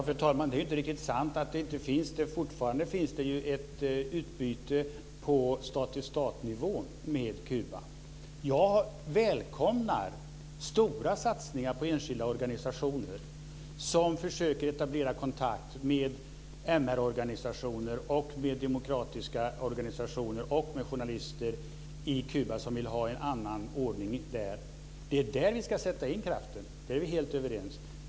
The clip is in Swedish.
Fru talman! Det är inte riktigt sant, för fortfarande finns det ett utbyte på stat-till-stat-nivå med Kuba. Jag välkomnar stora satsningar på enskilda organisationer som försöker etablera kontakt med MR organisationer, med demokratiska organisationer och med journalister på Kuba som vill ha en annan ordning där. Det är där vi ska sätta in kraften - det är vi helt överens om.